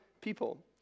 people